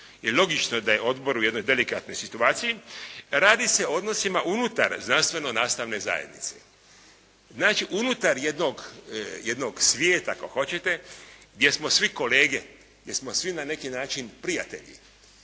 logično da je odbor u jednoj delikatnoj situaciji. Radi se o odnosima unutar znanstveno nastavne zajednice. Znači, unutar jednog svijeta ako hoćete gdje smo svi kolege jer smo svi na neki način prijatelji